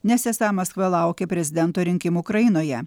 nes esą maskva laukia prezidento rinkimų ukrainoje